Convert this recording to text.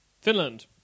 Finland